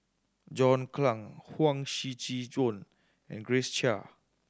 John Clang Huang Shiqi Joan and Grace Chia